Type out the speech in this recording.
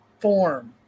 form